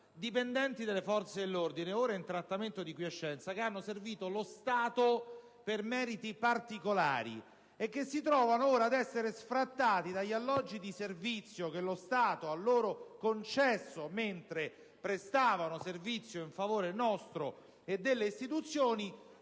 dipendenti delle forze dell'ordine ora in trattamento in quiescenza, che hanno servito lo Stato per meriti particolari e che si trovano ora ad essere sfrattati dagli alloggi di servizio, dallo Stato a loro concessi mentre prestavano servizio in favore nostro e delle nostre istituzioni.